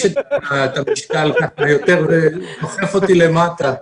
את המשקל יותר ויותר והוא דוחף אותי למטה.